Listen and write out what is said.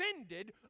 ended